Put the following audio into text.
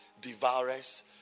Devourers